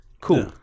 Cool